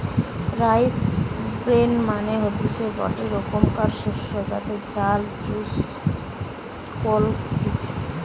rice bran মানে হতিছে গটে রোকমকার শস্য যাতে চাল চুষ কলতিছে